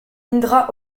indra